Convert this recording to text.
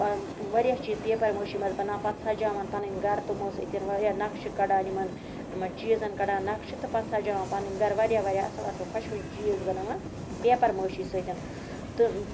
واریاہ چیٖز paper mache منٛز بَناوان پَتہٕ سَجاوان پَنٕنۍ گَرٕ تِمو سۭتۍ واریاہ نَقشہِ کَڑان یِمَن یِمَن چیٖزَن کَڑان نَقشہٕ تہٕ پَتہٕ سَجاوان پَنٕنۍ گَرٕ واریاہ واریاہ اَصٕل اَصٕل خۄشوٕنۍ چیٖز بَناوان پٮ۪پَر مٲشی سۭتۍ تہٕ